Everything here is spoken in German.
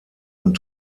und